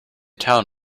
town